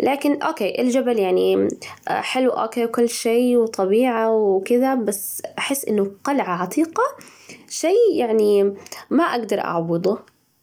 لكن أوكي الجبل يعني حلو أوكي وكل شي وطبيعة وكذا، بس أحس إنه قلعة عتيقة شي يعني ما أجدر أعوضه.